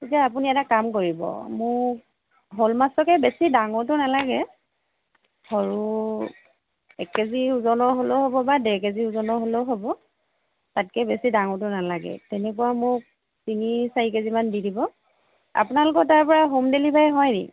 পিছে আপুনি এটা কাম কৰিব মোক শ'ল মাছকে বেছি ডাঙৰতো নালাগে সৰু এক কেজি ওজনৰ হলেওঁ হ'ব বা ডেৰ কেজি ওজনৰ হলেওঁ হ'ব তাতকৈ বেছি ডাঙৰটো নালাগে তেনেকুৱা মোক তিনি চাৰি কেজিমান দি দিব আপোনালোকৰ তাৰ পৰা হোম ডেলিভাৰি হয় নে